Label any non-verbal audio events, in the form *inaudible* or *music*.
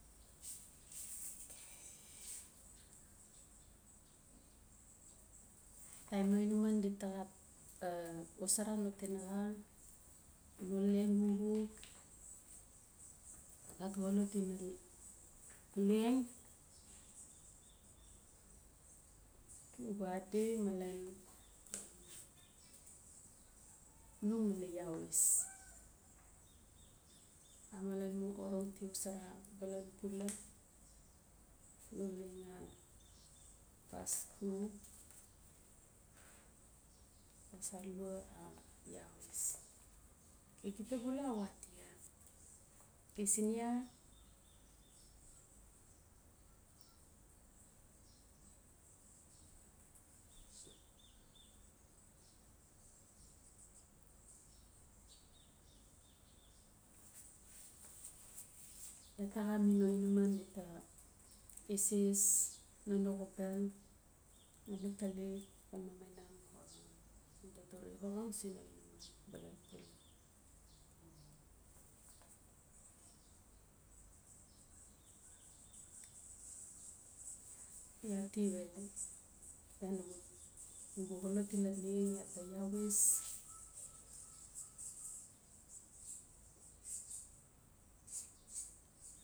taim no inaman dita *hesitation* xosara no tinaxa, lalon wik, agat xolot ina leng uba adi malen num ngali iawis. Amale mu orong ti xosara balan pula no leng a pasxuk, pasalua a iawis. okay gita bula a watia. Okay siin iaa iaa taxa mi no inaman dita eses lan no xobel ngali tali xan mamaiang orong, xan totore orong siin no inaman. balan pula. Iaa ati we nugu xolot ina leng iaa ta iawis,